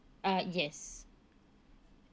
uh yes